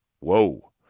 Whoa